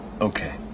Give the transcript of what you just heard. Okay